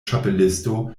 ĉapelisto